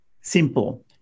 simple